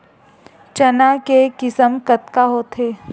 चना के किसम कतका होथे?